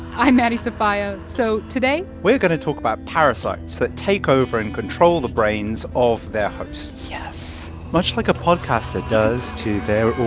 i'm maddie sofia. so today. we're going to talk about parasites that take over and control the brains of their hosts yes much like a podcaster does to their